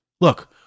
Look